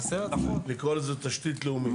לקרוא לזה תשתית לאומית.